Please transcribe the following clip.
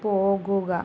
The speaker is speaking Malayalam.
പോകുക